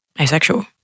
asexual